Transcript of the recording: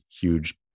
huge